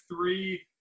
three –